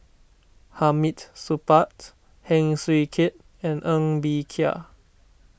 Hamid Supaat Heng Swee Keat and Ng Bee Kia